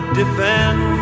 defend